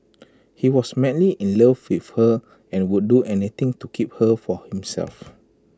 he was madly in love with her and would do anything to keep her for himself